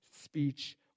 speech